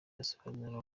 asobanura